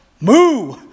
Moo